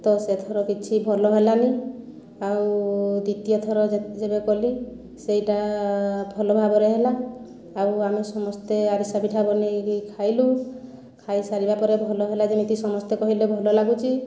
ତ ସେଥର କିଛି ଭଲ ହେଲାନି ଆଉ ଦ୍ୱିତୀୟ ଥର ଯେବେ କଲି ସେଇଟା ଭଲ ଭାବରେ ହେଲା ଆଉ ଆମେ ସମସ୍ତେ ଆରିସା ପିଠା ବନେଇକି ଖାଇଲୁ ଖାଇ ସାରିଲା ପରେ ଭଲ ହେଲା ଯେମିତି ସମସ୍ତେ କହିଲେ ଭଲ ଲାଗୁଛି